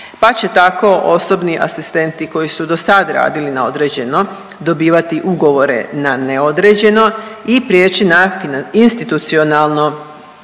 pa će tako osobni asistenti koji su dosad radili na određeno dobivati ugovore na neodređeno i prijeći na institucionalno